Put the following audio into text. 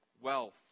wealth